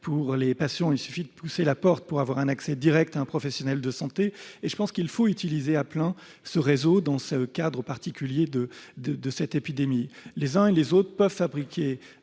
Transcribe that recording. et les patients n'ont qu'à pousser leur porte pour avoir un accès direct à un professionnel de santé. Je pense qu'il faut utiliser à plein ce réseau dans le cadre particulier de cette épidémie. Les pharmaciens peuvent fabriquer